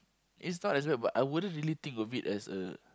it's not as bad but I wouldn't really think of it as a